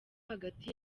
hagati